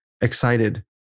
Excited